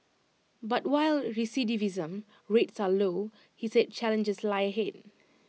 but while recidivism rates are low he said challenges lie ahead